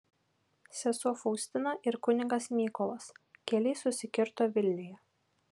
sesuo faustina ir kunigas mykolas keliai susikirto vilniuje